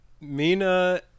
Mina